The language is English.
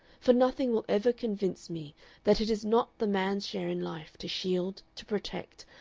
for nothing will ever convince me that it is not the man's share in life to shield, to protect,